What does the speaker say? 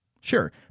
Sure